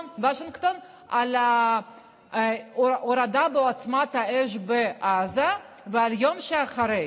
על ההורדה בעוצמת האש בעזה ועל היום שאחרי.